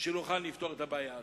כדי שנוכל לפתור את הבעיה.